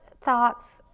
thoughts